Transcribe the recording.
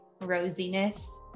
rosiness